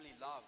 love